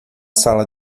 sala